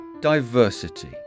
Diversity